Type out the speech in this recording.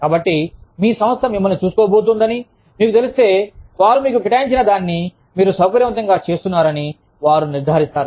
కాబట్టి మీ సంస్థ మిమ్మల్ని చూసుకోబోతోందని మీకు తెలిస్తే వారు మీకు కేటాయించినదానిని మీరు సౌకర్యవంతంగా చేస్తున్నారని వారు నిర్ధారిస్తారు